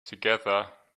together